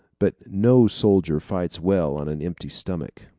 but no soldier fights well on an empty stomach.